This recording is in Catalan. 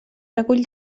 recull